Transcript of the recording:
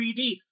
3D